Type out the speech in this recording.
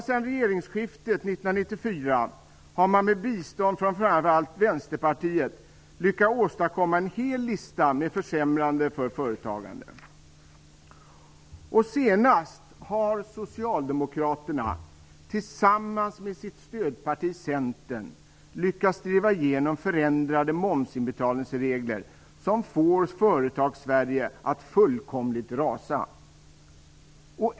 Sedan regeringsskiftet 1994 har man med bistånd från framför allt Vänsterpartiet lyckats åstadkomma en hel lista med försämringar för företagare. Det senaste som Socialdemokraterna tillsammans med sitt stödparti Centern har lyckats driva igenom är förändrade momsinbetalningsregler som får Företags-Sverige att fullkomligt rasa.